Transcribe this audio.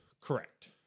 Correct